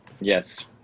Yes